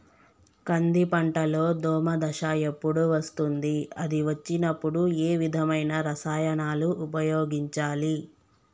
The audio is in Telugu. కంది పంటలో దోమ దశ ఎప్పుడు వస్తుంది అది వచ్చినప్పుడు ఏ విధమైన రసాయనాలు ఉపయోగించాలి?